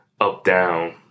up-down